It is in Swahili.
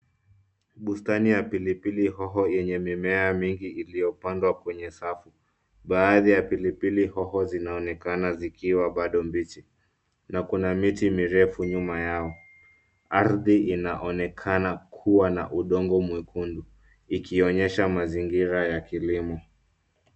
Bustani ya pilipili hoho yenye mimea mingi iliyopandwa kwenye safu. Baadhi ya pilipili hoho zinaonekana zikiwa bado mbichi na kuna miti mirefu nyuma yao. Ardhi inaoenekana kuwa na udongo mwekundu ikionyesha mazingira ya kilimo.